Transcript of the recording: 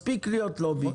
מספיק להיות לובי.